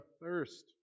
thirst